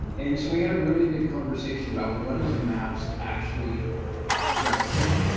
and so we had a really good conversation about what does maps actually represent?